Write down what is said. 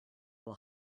will